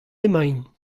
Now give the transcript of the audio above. emaint